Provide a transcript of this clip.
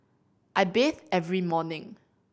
I bathe every morning